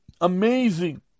Amazing